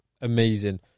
Amazing